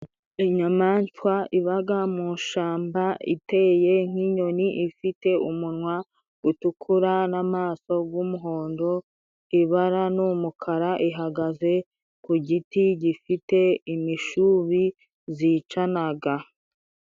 Inyamaswa ibaga mu ishyamba, iteye nk'inyoni ifite umunwa utukura n'amaso bw'umuhondo, ibara n'umukara ihagaze ku giti gifite imishubi zicanaga.